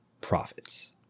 profits